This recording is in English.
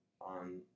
on